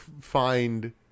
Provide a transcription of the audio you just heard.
find